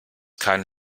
keinen